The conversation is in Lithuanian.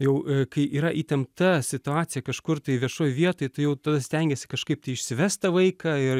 jau kai yra įtempta situacija kažkur tai viešoj vietoj tai jau tada stengiesi kažkaip tai išsivest tą vaiką ir